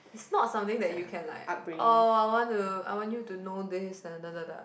it's not something that you can like oh I want to I want you to know this